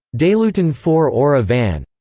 delutan four ora van.